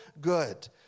good